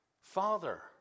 Father